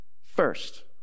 first